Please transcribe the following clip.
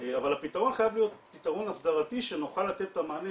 אבל הפתרון חייב להיות פתרון הסדרתי שנוכל לתת את המענה